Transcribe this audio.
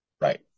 Right